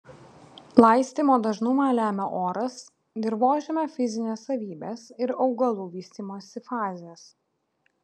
laistymo dažnumą lemia oras dirvožemio fizinės savybės ir augalų vystymosi fazės